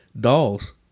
dolls